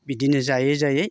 बिदिनो जायै जायै